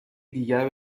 دیگر